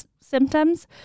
symptoms